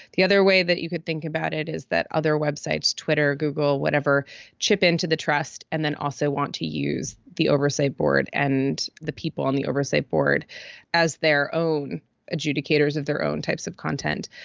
the other way that you could think about it is that other web sites, twitter, google, whatever chip into the trust and then also want to use the oversight board and the people on the oversight board as their own adjudicators of their own types of content.